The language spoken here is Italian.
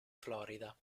florida